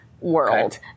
world